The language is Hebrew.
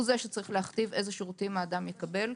שצריך להכתיב איזה שירותים האדם יקבל.